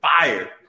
fire